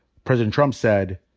president trump said,